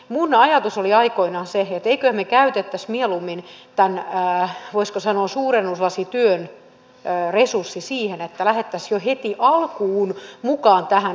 minun ajatukseni oli aikoinaan se että emmeköhän me käyttäisi mieluummin tämän voisiko sanoa suurennuslasityön resurssin siihen että lähdettäisiin jo heti alkuun mukaan tähän ohjausprosessiin